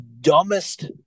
dumbest